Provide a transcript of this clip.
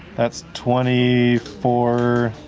that's twenty four.